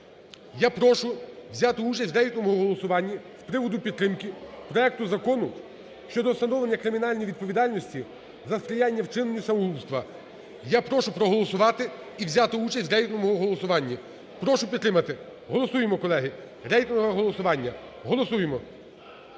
Я прошу взяти участь в рейтинговому голосуванні з приводу підтримки проекту Закону щодо встановлення кримінальної відповідальності за сприяння вчиненню самогубства. Я прошу проголосувати і взяти участь в рейтинговому голосуванні. Прошу підтримати. Голосуємо, колеги. Рейтингове голосування. Голосуємо!